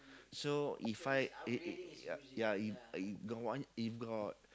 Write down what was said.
so if I ya if if got one if got